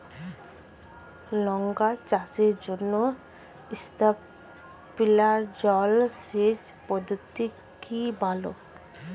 লঙ্কা চাষের জন্য স্প্রিংলার জল সেচ পদ্ধতি কি ভালো?